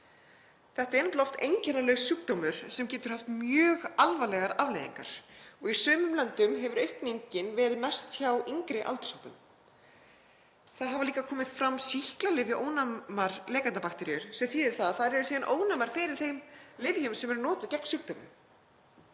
Þetta er nefnilega oft einkennalaus sjúkdómur sem getur haft mjög alvarlegar afleiðingar og í sumum löndum hefur aukningin verið mest í yngri aldurshópum. Það hafa líka komið fram sýklalyfjaónæmar lekandabakteríur sem þýðir að þær eru síðan ónæmar fyrir þeim lyfjum sem eru notuð gegn sjúkdómnum.